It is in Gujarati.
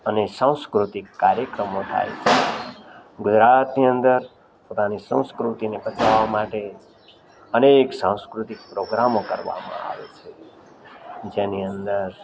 અને સાંસ્કૃતિક કાર્યક્રમો થાય છે ગુજરાતની અંદર પોતાની સંસ્કૃતિને બચાવવા માટે અનેક સાંસ્કૃતિક પ્રોગ્રામો કરવામાં આવે છે જેની અંદર